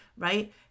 Right